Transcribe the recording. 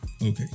Okay